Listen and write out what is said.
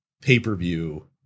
pay-per-view